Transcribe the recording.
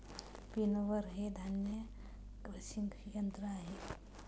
winnower हे धान्य crushing यंत्र आहे